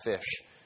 fish